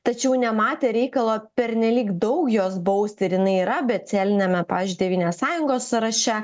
tačiau nematė reikalo pernelyg daug jos bausti ir jinai yra abėcėliniame pavyzdžiui tėvynės sąjungos sąraše